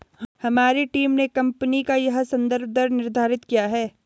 हमारी टीम ने कंपनी का यह संदर्भ दर निर्धारित किया है